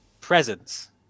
presence